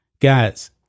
Guys